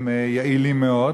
הם יעילים מאוד.